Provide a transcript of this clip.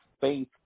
faith